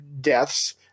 deaths